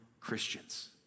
Christians